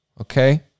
Okay